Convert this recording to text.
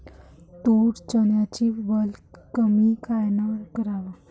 तूर, चन्याची वल कमी कायनं कराव?